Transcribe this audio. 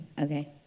Okay